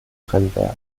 brennwert